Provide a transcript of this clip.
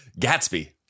Gatsby